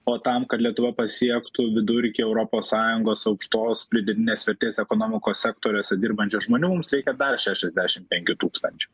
o tam kad lietuva pasiektų vidurkį europos sąjungos aukštos pridėtinės vertės ekonomikos sektoriuose dirbančių žmonių mums reikia dar šešiasdešimt penkių tūkstančių